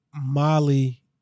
Molly